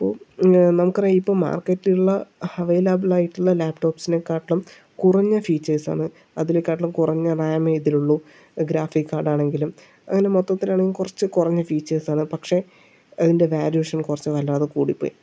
അപ്പോൾ നമുക്കറിയാം ഇപ്പോൾ മാർക്കറ്റിലുള്ള അവൈലബിളായിട്ടുള്ള ലാപ്ടോപ്സിനെ കാട്ടിലും കുറഞ്ഞ ഫീച്ചേഴ്സ് ആണ് അതിലേക്കാട്ടിലും കുറഞ്ഞ റാമേ ഇതിലുള്ളൂ ഗ്രാഫിക് കാർഡ് ആണെങ്കിലും അങ്ങനെ മൊത്തത്തിൽ ആണെങ്കിലും കുറച്ച് കുറഞ്ഞ ഫീച്ചേഴ്സ് ആണ് പക്ഷേ അതിന്റെ വേല്വേഷൻ കുറച്ച് വല്ലാതെ കൂടിപ്പോയി